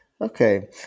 okay